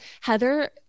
Heather